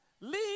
Leave